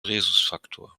rhesusfaktor